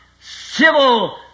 civil